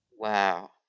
Wow